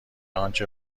آنچه